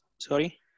Sorry